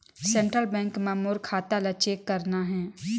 Central bank मां मोर खाता ला चेक करना हे?